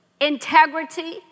integrity